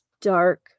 dark